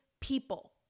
people